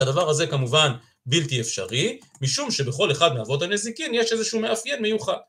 ‫הדבר הזה כמובן בלתי אפשרי, ‫משום שבכל אחד מאבות הנזיקין ‫יש איזשהו מאפיין מיוחד.